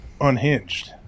unhinged